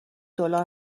دلار